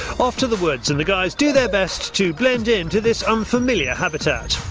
off to the woods and the guys do their best to blend in to this unfamiliar habitat.